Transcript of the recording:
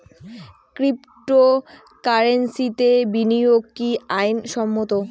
ক্রিপ্টোকারেন্সিতে বিনিয়োগ কি আইন সম্মত?